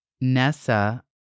Nessa